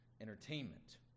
entertainment